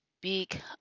big